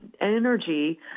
energy